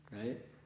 Right